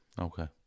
Okay